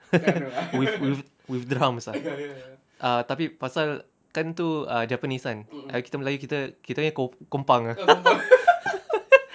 with drums ah ah tapi pasal kan tu ah japanese kan kita melayu kita kita kompang